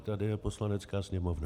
Tady je Poslanecká sněmovna.